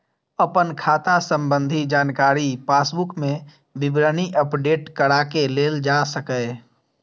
अपन खाता संबंधी जानकारी पासबुक मे विवरणी अपडेट कराके लेल जा सकैए